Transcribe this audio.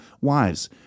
Wives